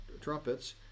trumpets